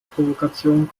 provokation